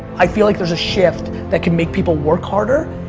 i feel like there's a shift that can make people work harder.